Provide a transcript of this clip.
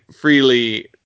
freely